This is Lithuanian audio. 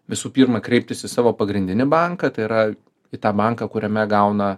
visų pirma kreiptis į savo pagrindinį banką tai yra į tą banką kuriame gauna